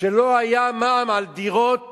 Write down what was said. שלא היה מע"מ על דירות